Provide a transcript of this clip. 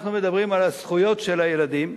אנחנו מדברים על הזכויות של הילדים.